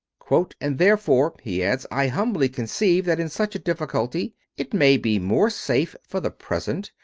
and therefore, he adds, i humbly conceive that, in such a difficulty, it may be more safe, for the present,